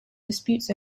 disputes